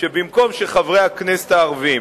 שבמקום שחברי הכנסת הערבים,